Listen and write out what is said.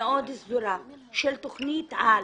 מאוד סדורה של תוכנית על,